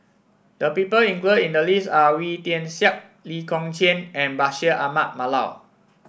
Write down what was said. the people included in the list are Wee Tian Siak Lee Kong Chian and Bashir Ahmad Mallal